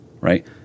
right